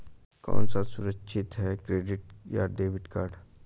कौन सा सुरक्षित है क्रेडिट या डेबिट कार्ड?